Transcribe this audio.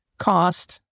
Cost